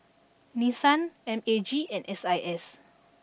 Nissan M A G and S I S